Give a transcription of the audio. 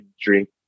drink